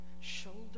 shoulder